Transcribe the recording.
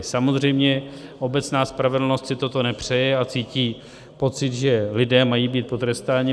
Samozřejmě obecná spravedlnost si toto nepřeje a má pocit, že lidé mají být potrestáni.